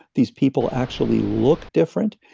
these people actually look different,